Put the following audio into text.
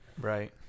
Right